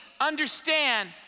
understand